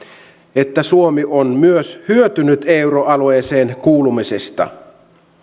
että suomi on myös hyötynyt euroalueeseen kuulumisesta